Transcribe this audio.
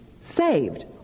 saved